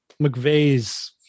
McVeigh's